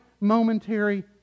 momentary